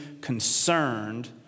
concerned